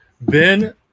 Ben